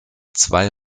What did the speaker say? zwei